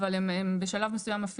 אבל הם בשלב מסוים,